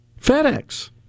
FedEx